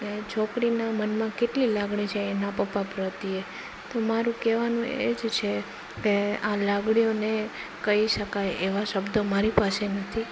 એ છોકરીના મનમાં કેટલી લાગણી છે એના પપ્પા પ્રત્યે તો મારું કેવાનું એ જ છે કે આ લાગણીઓને કહી શકાય એવા શબ્દો મારી પાસે નથી